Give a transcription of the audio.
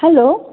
hello